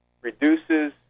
reduces